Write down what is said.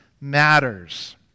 matters